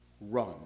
run